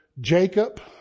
Jacob